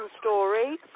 story